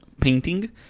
painting